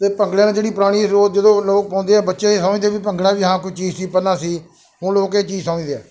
ਅਤੇ ਭੰਗੜੇ ਵਾਲੀ ਜਿਹੜੀ ਪੁਰਾਣੀ ਰੋ ਜਦੋਂ ਲੋਕ ਪਾਉਂਦੇ ਆ ਬੱਚੇ ਨਹੀਂ ਸਮਝਦੇ ਵੀ ਭੰਗੜਾ ਵੀ ਹਾਂ ਕੋਈ ਚੀਜ਼ ਸੀ ਪਹਿਲਾਂ ਸੀ ਹੁਣ ਲੋਕ ਇਹ ਚੀਜ਼ ਸਮਝਦੇ ਆ